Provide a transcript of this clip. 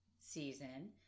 season